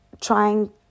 trying